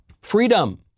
Freedom